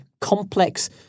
complex